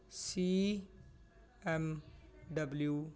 C M W